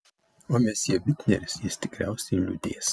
o mesjė bitneris jis tikriausiai liūdės